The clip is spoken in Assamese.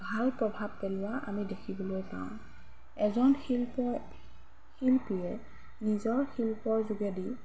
ভাল প্ৰভাৱ পেলোৱা আমি দেখিবলৈ পাওঁ এজন শিল্প শিল্পীয়ে নিজৰ শিল্পৰ যোগেদি